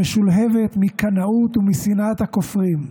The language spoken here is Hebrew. המשולהבת מקנאות ומשנאת הכופרים.